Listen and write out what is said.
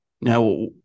Now